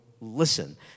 listen